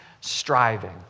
striving